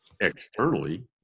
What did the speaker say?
Externally